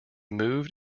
moved